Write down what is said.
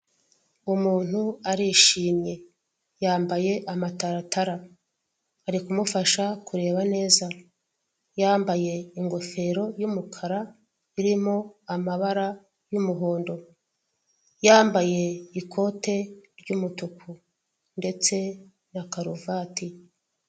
Umuntu arishimye, yambaye amataratara ari kumufasha kureba neza, yambaye ingofero y'umukara irimo amabara y'umuhondo, yambaye ikote ry'umutuku ndetse na karovati.